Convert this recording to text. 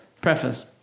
Preface